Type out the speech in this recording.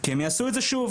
כי הם יעשו את זה שוב.